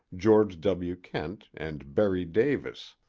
george w. kent and berry davis.